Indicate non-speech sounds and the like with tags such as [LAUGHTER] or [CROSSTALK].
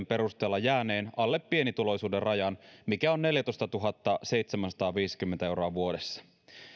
[UNINTELLIGIBLE] perusteella jääneen alle pienituloisuuden rajan mikä on neljätoistatuhattaseitsemänsataaviisikymmentä euroa vuodessa